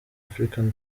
african